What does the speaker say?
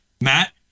Matt